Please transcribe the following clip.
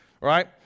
right